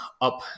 up